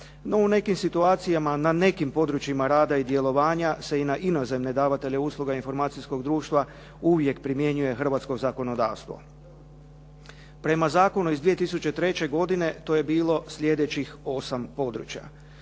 No u nekim situacijama na nekim područjima rada i djelovanja se i na inozemne davatelje usluga informacijskog društva uvijek primjenjuje hrvatsko zakonodavstvo. Prema zakonu iz 2003. godine, to je bilo sljedećih 8 područja.